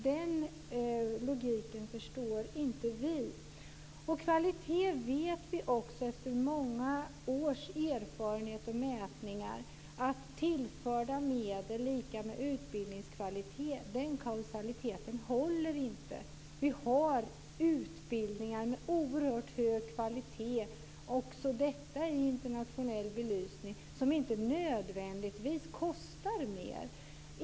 Den logiken förstår inte vi. Efter många års erfarenhet och mätningar vet vi också att kausaliteten att tillförda medel skulle vara lika med utbildningskvalitet inte håller. Vi har utbildningar med oerhört hög kvalitet, också detta i internationell belysning, som inte nödvändigtvis kostar mer.